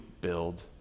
build